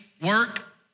work